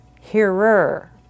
hearer